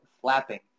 flapping